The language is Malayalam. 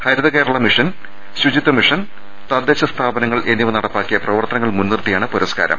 ഹരിത കേരളാ മിഷൻ ശുചിത്വ മിഷൻ തദ്ദേശ സ്ഥാപനങ്ങൾ എന്നിവ നടപ്പാക്കിയ പ്രവർത്തനങ്ങൾ മുൻനിർത്തി യാണ് പുരസ്കാരം